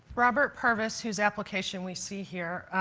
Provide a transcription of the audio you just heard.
robert purvis, whose application we see here,